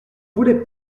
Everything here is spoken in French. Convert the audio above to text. voulez